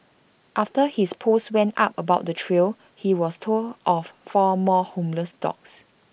after his post went up about the trio he was told of four more homeless dogs